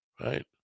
right